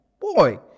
Boy